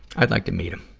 i'd like to meet him,